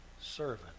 servant